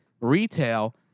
Retail